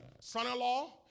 son-in-law